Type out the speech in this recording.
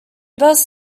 best